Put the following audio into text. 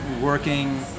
working